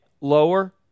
lower